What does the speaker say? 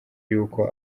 y’uko